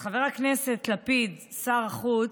אז חבר הכנסת לפיד, שר החוץ,